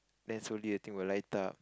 then slowly the thing will light up